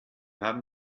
haben